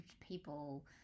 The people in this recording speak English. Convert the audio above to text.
people